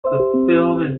film